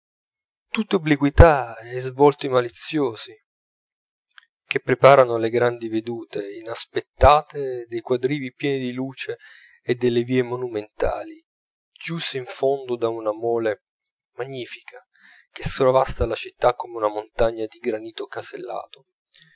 memorie tutte obliquità e svolti maliziosi che preparano le grandi vedute inaspettate dei quadrivi pieni di luce e delle vie monumentali chiuse in fondo da una mole magnifica che sovrasta alla città come una montagna di granito cesellato